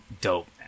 dope